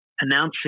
announcing